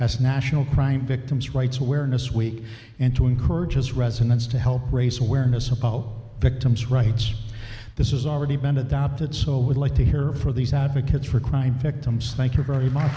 as national crime victims rights awareness week and to encourage as residents to help raise awareness apolo victims rights this is already been adopted so would like to hear from these advocates for crime victims thank you very much